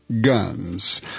Guns